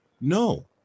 no